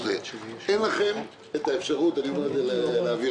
אין לכם את האפשרות אני אומר את זה לאמיר